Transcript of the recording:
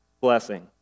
blessing